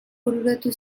bururatu